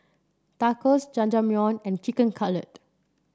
Tacos Jajangmyeon and Chicken Cutlet